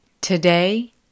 Today